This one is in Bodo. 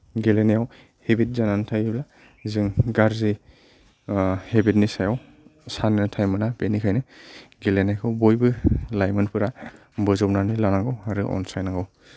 गेलेनायाव हेबित जानानै थायोब्ला जों गाज्रि हेबितनि सायाव सान्नो थायम मोना बेनिखायनो गेलेनायखौ बयबो लाइमोनफोरा बोजबनानै लानांगौ आरो अनसायनांगौ